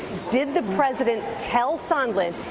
did the president tell sondland,